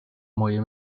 moje